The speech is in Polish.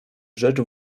rzecz